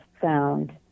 found